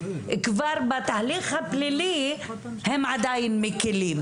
כבר בתהליך הפלילי הם עדיין מקלים.